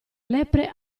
lepre